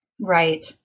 right